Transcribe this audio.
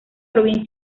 provincia